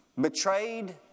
betrayed